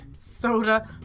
Soda